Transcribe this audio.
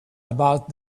about